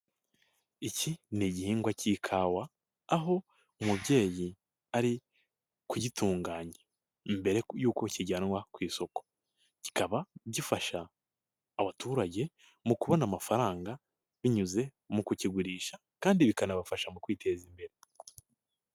Iki n'igihingwa cy'ikawa, aho umubyeyi ari kugitunganya mbere y'uko kijyanwa ku isoko, kikaba gifasha abaturage mu kubona amafaranga binyuze mu kukigurisha kandi bikanabafasha mu kwiteza imbere.